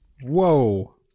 Whoa